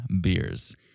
beers